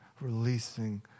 releasing